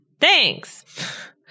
Thanks